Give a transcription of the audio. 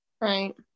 Right